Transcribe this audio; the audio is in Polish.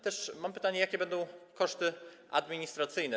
Też mam pytanie o to, jakie będą koszty administracyjne.